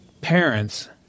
parents